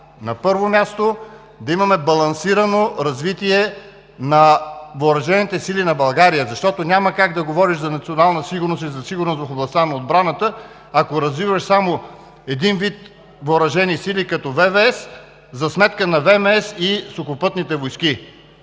на първо място, да имаме балансирано развитие на въоръжените сили на България, защото няма как да говориш за национална сигурност и за сигурност в областта на отбраната, ако развиваш само един вид въоръжени сили като ВВС, за сметка на ВМС и Сухопътни войски.